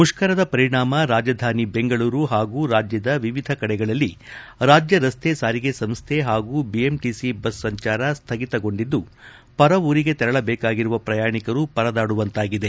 ಮುಷ್ಕರದ ಪರಿಣಾಮ ರಾಜಧಾನಿ ಬೆಂಗಳೂರು ಹಾಗೂ ರಾಜ್ಯದ ವಿವಿಧ ಕಡೆಗಳಲ್ಲಿ ರಾಜ್ಯ ರಸ್ತೆ ಸಾರಿಗೆ ಸಂಸ್ಥೆ ಹಾಗೂ ಬಿಎಂಟಿಸಿ ಬಸ್ ಸಂಚಾರ ಸ್ವಗಿತಗೊಂಡಿದ್ದು ಪರ ಊರಿಗೆ ತೆರಳಬೇಕಾಗಿರುವ ಪ್ರಯಾಣಿಕರು ಪರದಾಡುವಂತಾಗಿದೆ